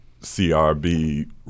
CRB